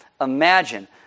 imagine